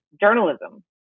journalism